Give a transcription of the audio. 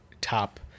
top